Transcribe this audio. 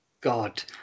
god